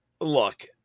Look